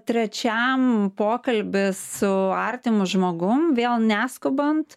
trečiam pokalbis su artimu žmogum vėl neskubant